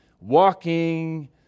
Walking